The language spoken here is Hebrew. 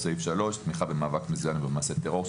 (3) תמיכה במאבק מזוין או במעשה טרור,